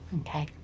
Okay